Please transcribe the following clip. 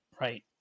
Right